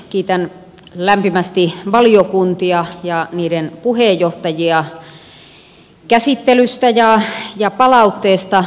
kiitän lämpimästi valiokuntia ja niiden puheenjohtajia käsittelystä ja palautteesta